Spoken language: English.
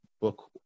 book